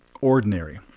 ordinary